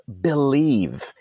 Believe